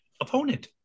opponent